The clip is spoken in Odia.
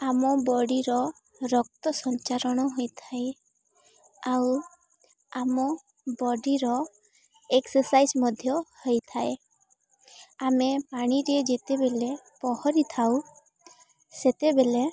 ଆମ ବଡ଼ିର ରକ୍ତ ସଞ୍ଚାଳନ ହୋଇଥାଏ ଆଉ ଆମ ବଡ଼ିର ଏକ୍ସସାଇଜ୍ ମଧ୍ୟ ହୋଇଥାଏ ଆମେ ପାଣିରେ ଯେତେବେଳେ ପହଁରିଥାଉ ସେତେବେଳେ